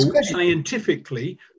scientifically